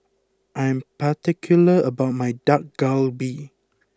I'm particular about my Dak Galbi